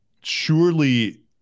surely